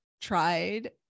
tried